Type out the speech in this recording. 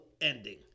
ending